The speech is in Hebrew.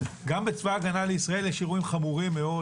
גם בצבא ההגנה לישראל יש אירועים חמורים מאוד